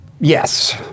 Yes